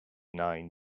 nine